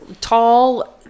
tall